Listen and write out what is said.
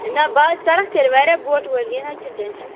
نہ بہٕ حظ کَرَکھ تیٚلہِ واریاہ بوٹہٕ وٲلۍ کینٛہہ نہ حظ چھُ نہٕ ٹینشَن